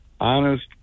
honest